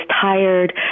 tired